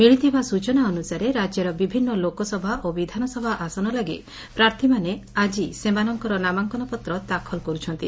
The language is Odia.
ମିଳିଥିବା ସୂଚନା ଅନୁସାରେ ରାକ୍ୟର ବିଭିନ୍ଦ ଲୋକସଭା ଓ ବିଧାନସଭା ଆସନ ଲାଗି ପ୍ରାର୍ଥୀମାନେ ଆକି ସେମାନଙ୍କର ନାମାଙ୍କନ ପତ୍ର ଦାଖଲ କରୁଛନ୍ତି